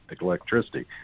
electricity